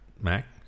Mac